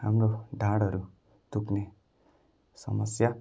हाम्रो ढाडहरू दुःख्ने समस्या